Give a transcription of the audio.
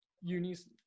uni's